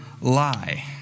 lie